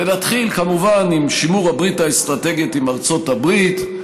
נתחיל כמובן עם שימור הברית האסטרטגית עם ארצות הברית.